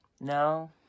No